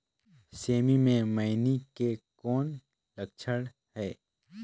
सेमी मे मईनी के कौन लक्षण हे?